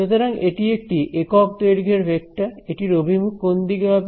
সুতরাং এটি একটি একক দৈর্ঘ্যের ভেক্টর এটির অভিমুখ কোন দিকে হবে